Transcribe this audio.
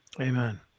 Amen